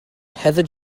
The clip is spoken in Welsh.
heather